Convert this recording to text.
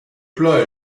plat